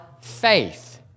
faith